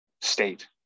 state